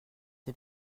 des